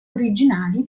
originali